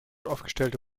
aufgestellte